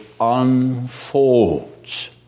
unfolds